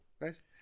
Nice